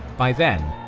by then,